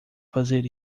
fazer